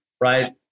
right